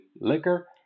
liquor